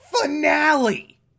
finale